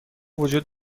وجود